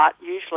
usually